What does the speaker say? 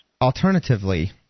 alternatively